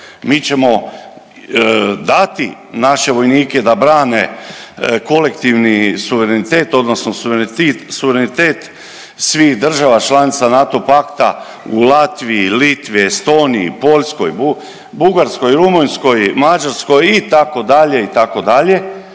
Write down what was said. Mi ćemo dati naše vojnike da brane kolektivni suverenitet, odnosno suverenitet svih država članica NATO pakta u Latviji, Litvi, Estoniji, Poljskoj, Bugarskoj, Rumunjskoj, Mađarskoj itd., itd.